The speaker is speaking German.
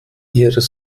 ihres